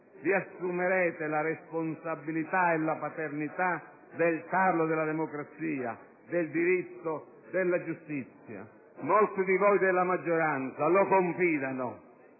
Vi assumete la responsabilità e la paternità del tarlo della democrazia, del diritto, della giustizia. Molti di voi della maggioranza lo confidano: